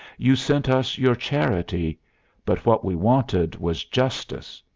you sent us your charity but what we wanted was justice,